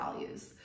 values